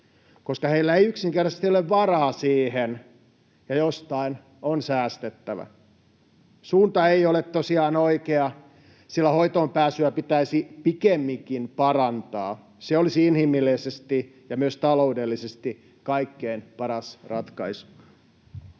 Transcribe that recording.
koska heillä ei yksinkertaisesti ole varaa siihen ja jostain on säästettävä. Suunta ei ole tosiaan oikea, sillä hoitoonpääsyä pitäisi pikemminkin parantaa. Se olisi inhimillisesti ja myös taloudellisesti kaikkein paras ratkaisu.